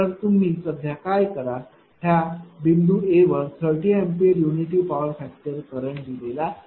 तर तुम्ही सध्या काय करा ह्या बिंदू A वर 30 A unity power factor current दिलेला आहे